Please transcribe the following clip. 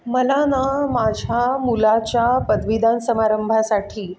मला ना माझ्या मुलाच्या पदवीदान समारंभासाठी